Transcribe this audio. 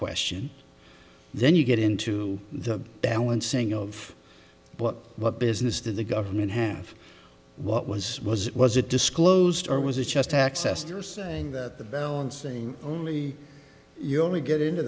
question then you get into the balancing of what what business did the government have what was was it was it disclosed or was it just access to are saying that the balance and only you only get into